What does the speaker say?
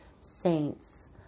saints